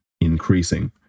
increasing